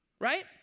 Right